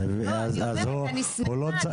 אני שמחה,